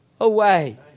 away